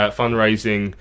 fundraising